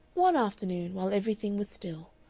one afternoon, while everything was still,